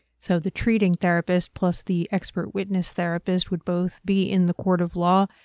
so the treating therapist plus the expert witness therapist would both be in the court of law,